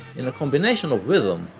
in a combination of rhythm,